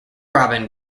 robin